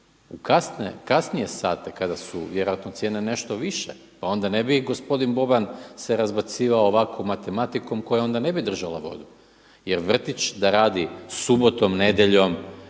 u kasnije sate kada su vjerojatno cijene nešto više pa onda ne bi gospodin Boban se razbacivao ovako matematikom koja onda ne bi držala vodu. Jer vrtić da radi subotom, nedjeljom